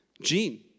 Gene